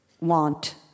want